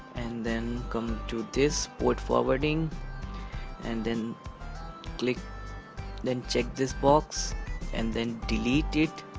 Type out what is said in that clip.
and then come to this port forwarding and then click then check this box and then delete it.